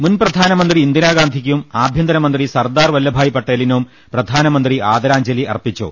മുൻ പ്രധാനമന്ത്രി ഇന്ദിരാഗാന്ധിക്കും ആഭ്യന്തരമന്ത്രി സർദാർ വല്ലഭായ് പട്ടേലിനും പ്രധാനമന്ത്രി ആദരാഞ്ജലി അർപ്പിച്ചു